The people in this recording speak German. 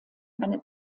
eine